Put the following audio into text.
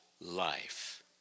life